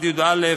1יא1(א)